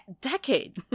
decade